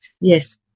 yes